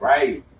Right